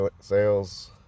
sales